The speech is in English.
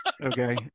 Okay